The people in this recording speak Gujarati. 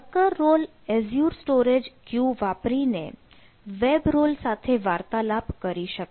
worker role Azure storage queue વાપરીને વેબ રોલ સાથે વાર્તાલાપ કરી શકે